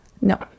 No